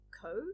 code